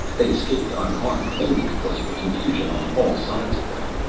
they escaped unharmed mainly because of the confusion on all sides of them.